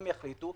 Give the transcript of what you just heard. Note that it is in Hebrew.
הם יחליטו.